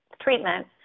treatment